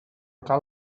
cal